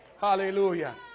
hallelujah